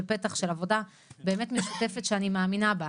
פתח של עבודה באמת משותפת שאני מאמינה בה.